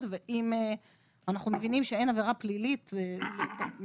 אם אנחנו מבינים שאין עבירה פלילית מתאימה.